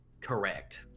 correct